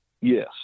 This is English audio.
yes